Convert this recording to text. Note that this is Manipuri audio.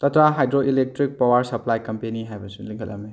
Tata hydro electric power supply company ꯍꯥꯏꯕꯁꯨ ꯂꯤꯡꯈꯠꯂꯝꯃꯤ